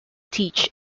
teach